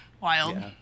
wild